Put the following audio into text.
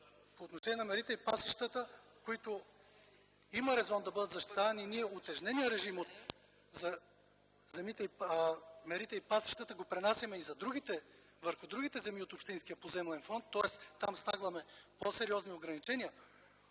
по отношение на мерите и пасищата, които има резон да бъдат защитавани, ние утежнения режим за мерите и пасищата го пренасяме и върху другите земи от общинския поземлен фонд. Тоест там слагаме по-сериозни ограничения,